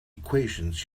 equations